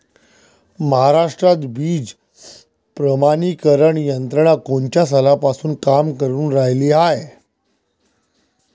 महाराष्ट्रात बीज प्रमानीकरण यंत्रना कोनच्या सालापासून काम करुन रायली हाये?